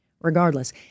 regardless